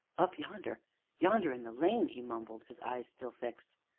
up yonder yonder in the lane, he mumbled, his eyes still fixed.